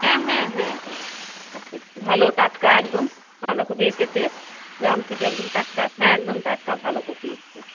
হ্যাঁ হ্যাঁ হ্যাঁ হ্যাঁ আছে ভালো টাটকা একদম বাঁধাকপি এসেছে গ্রাম থেকে একদম টাটকা হ্যাঁ একদম টাটকা ভালো কপি এসছে